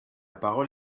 parole